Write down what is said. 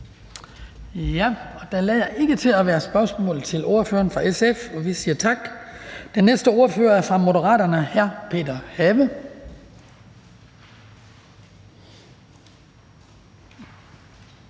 Der lader ikke til at være spørgsmål til ordføreren fra SF, så vi siger tak. Den næste ordfører er hr. Peter Have